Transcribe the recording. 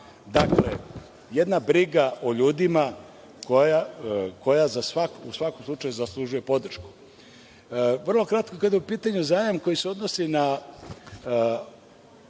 Dakle, jedna briga o ljudima koja u svakom slučaju zaslužuje podršku. Vrlo kratko kada je u pitanju zajam koji se odnosi na